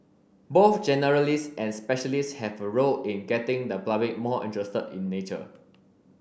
both generalists and specialists have a role in getting the public more interested in nature